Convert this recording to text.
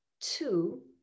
two